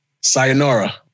Sayonara